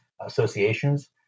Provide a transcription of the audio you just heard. associations